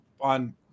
on